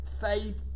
faith